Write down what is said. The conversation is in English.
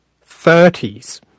thirties